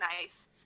nice